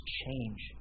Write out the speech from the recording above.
change